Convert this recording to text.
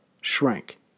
shrank